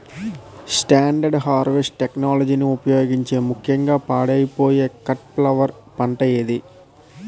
Standard harvest టెక్నాలజీని ఉపయోగించే ముక్యంగా పాడైపోయే కట్ ఫ్లవర్ పంట ఏది?